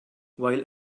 while